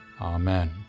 Amen